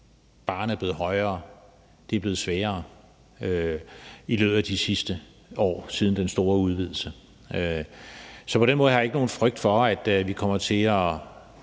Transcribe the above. barren er blevet højere, og at det i løbet af de sidste år siden den store udvidelse er blevet sværere. Så på den måde har jeg ikke nogen frygt for, at vi kommer til at